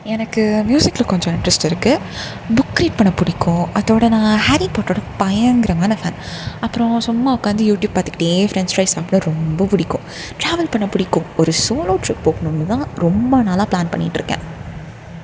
எனக்கு மியூசிக்ல கொஞ்சம் இன்ட்ரெஸ்ட் இருக்குது புக் ரீட் பண்ண பிடிக்கும் அதோடய நான் ஹாரி பாட்டரோட பயங்கரமான ஃபேன் அப்புறம் சும்மா உட்காந்து யூடியூப் பார்த்துக்கிட்டே ஃப்ரென்ச் ஃப்ரைஸ் சாப்பிட ரொம்ப பிடிக்கும் ட்ராவல் பண்ண பிடிக்கும் ஒரு சோலோ ட்ரிப் போகணும்னுதான் ரொம்ப நாளாக ப்ளான் பண்ணிகிட்டுருக்கேன்